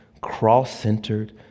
cross-centered